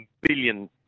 billion